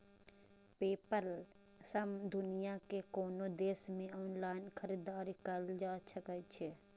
PayPal सं दुनिया के कोनो देश मे ऑनलाइन खरीदारी कैल जा सकै छै